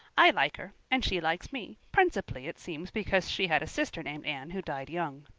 i like her and she likes me principally, it seems, because she had a sister named anne who died young.